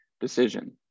decision